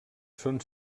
són